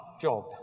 job